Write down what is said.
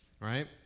right